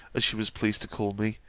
as she was pleased to call me,